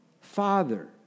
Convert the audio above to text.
Father